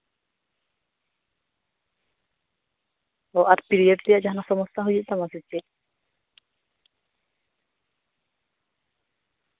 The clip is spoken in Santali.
ᱟᱨ ᱯᱤᱨᱤᱭᱚᱰ ᱨᱮᱭᱟᱜ ᱡᱟᱦᱟᱸᱱ ᱥᱚᱢᱚᱥᱥᱟ ᱦᱩᱭᱩᱜ ᱛᱟᱢᱟ ᱥᱮ ᱪᱮᱫ